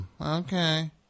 Okay